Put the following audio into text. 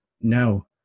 no